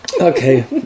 Okay